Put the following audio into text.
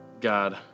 God